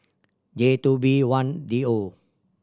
J two B one D O